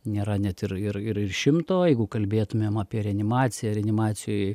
nėra net ir ir ir šimto jeigu kalbėtumėm apie reanimaciją reanimacijoj